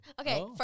Okay